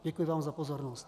Děkuji vám za pozornost.